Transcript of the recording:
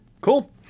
cool